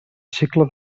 cicle